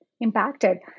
impacted